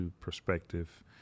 perspective